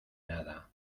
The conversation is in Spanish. nada